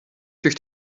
durch